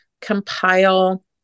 compile